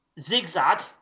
zigzag